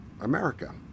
America